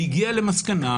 והגיעה למסקנה,